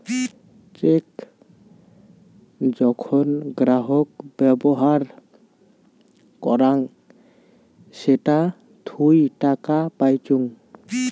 check যখন গ্রাহক ব্যবহার করাং সেটা থুই টাকা পাইচুঙ